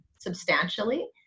substantially